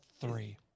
three